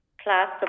class